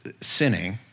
sinning